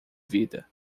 vida